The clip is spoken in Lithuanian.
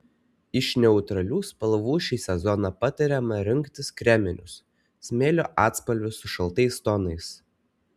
iš neutralių spalvų šį sezoną patariama rinktis kreminius smėlio atspalvius su šaltais tonais